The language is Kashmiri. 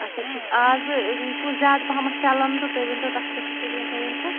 اچھا ٹھیٖک آزٕ کُس زیادٕ پہمتھ چَلان تہٕ تُہۍ ؤنۍ تَو تَتھ کیٛاہ چھِ بیٚیہِ ریٹھا ویٹھا